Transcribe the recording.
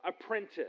apprentice